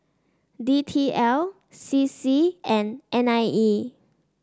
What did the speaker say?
D T L C C and N I E